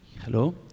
Hello